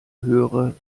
höhere